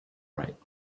right